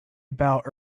about